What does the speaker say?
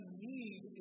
need